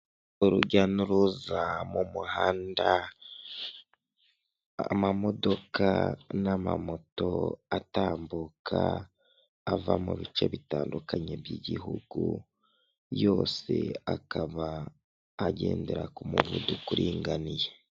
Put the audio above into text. Urujya n'uruza mu muhanda, amamodoka n'amamoto atambuka, ava mu bice bitandukanye by'igihugu, yose akaba agendera ku muvuduko uringaniye.